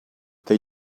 they